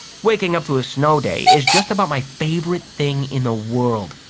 waking up to a snow day is just about my favorite thing in the world.